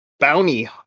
Bounty